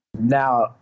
now